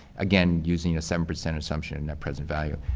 again, using a seven percent assumption at present value.